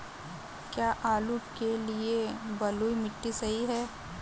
क्या आलू के लिए बलुई मिट्टी सही है?